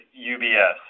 UBS